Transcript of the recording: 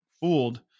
fooled